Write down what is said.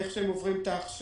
איך שהם עוברים את ההכשרה.